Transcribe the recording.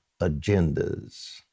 agendas